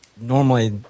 normally